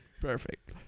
Perfect